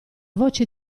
voce